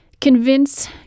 convince